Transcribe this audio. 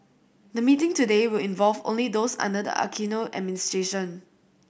the meeting today will involve only those under the Aquino administration